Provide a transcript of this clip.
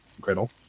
griddle